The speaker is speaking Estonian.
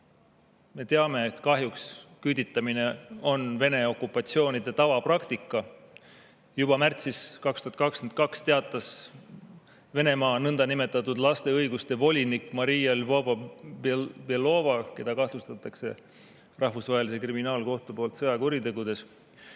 Me teame, et kahjuks küüditamine on Vene okupatsioonide tavapraktika. Juba märtsis 2022 teatas Venemaa nõndanimetatud laste õiguste volinik Maria Lvova-Belova, keda Rahvusvaheline Kriminaalkohus kahtlustab sõjakuritegudes,